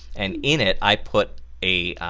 and in it i put a